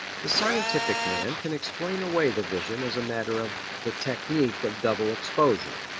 the scientific man can explain away the vision as a matter of the technique of double exposure,